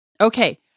Okay